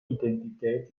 identität